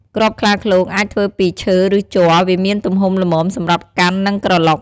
គ្រាប់ខ្លាឃ្លោកអាចធ្វើពី ឈើ ឬជ័រ វាមានទំហំល្មមសម្រាប់កាន់ និងក្រឡុក។